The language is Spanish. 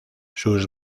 sus